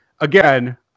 again